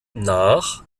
nach